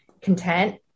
content